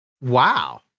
Wow